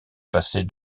passer